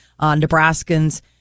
nebraskans